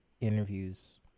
interviews